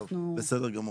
טוב, בסדר גמור.